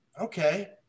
okay